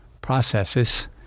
processes